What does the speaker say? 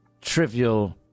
trivial